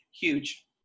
Huge